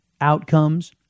outcomes